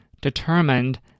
determined